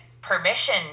permission